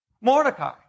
Mordecai